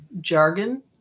jargon